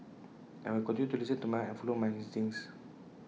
and I will continue to listen to my heart and follow my instincts